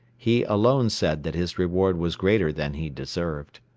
he alone said that his reward was greater than he deserved.